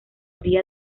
día